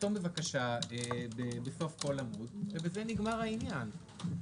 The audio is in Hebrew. תחתום בבקשה בסוף כל עמוד ובזה נגמר העניין.